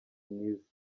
myiza